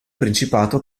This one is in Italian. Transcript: principato